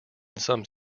some